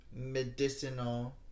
Medicinal